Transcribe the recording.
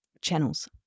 channels